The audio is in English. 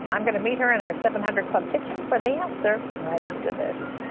i'm gonna meet her in our seven hundred club kitchen for the answer, right after this.